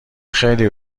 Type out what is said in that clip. خیلی